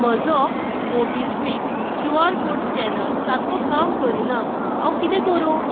म्हजो MobiKwik Q R code scanner सारको काम करीना हांवें कितें करूं